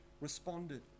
responded